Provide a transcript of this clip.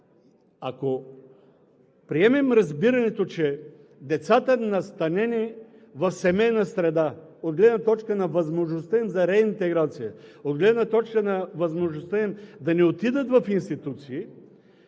ако приемем разбирането, че децата, настанени в семейна среда от гледна точка на възможността им за реинтеграция, от гледна точка на възможността им да не отидат в институции,